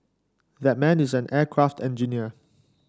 that man is an aircraft engineer